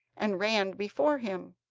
and ran before him.